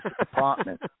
apartment